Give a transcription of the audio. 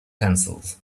pencils